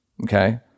okay